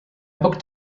booked